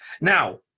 Now